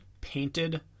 painted